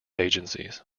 agencies